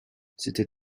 c’était